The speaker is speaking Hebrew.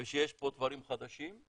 ושיש פה דברים חדשים,